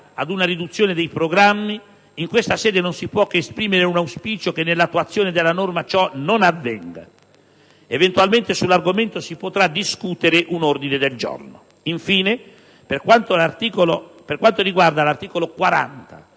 per quanto riguarda l'articolo 17,